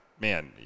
man